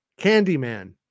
Candyman